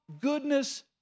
goodness